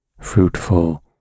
fruitful